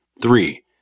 Three